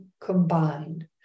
combined